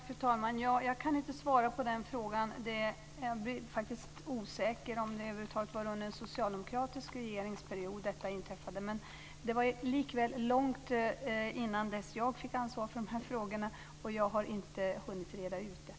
Fru talman! Jag kan inte svara på den frågan. Jag är osäker om det över huvud taget var under den socialdemokratiska regeringsperioden som detta inträffade, men det var likväl långt innan jag fick ansvar för det här frågorna. Jag har inte hunnit reda ut detta.